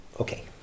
Okay